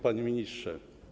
Panie Ministrze!